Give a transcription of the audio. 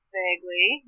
vaguely